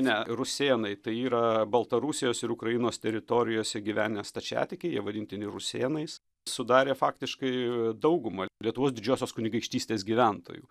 ne rusėnai tai yra baltarusijos ir ukrainos teritorijose gyvenę stačiatikiai jie vadintini rusėnais sudarė faktiškai daugumą lietuvos didžiosios kunigaikštystės gyventojų